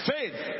Faith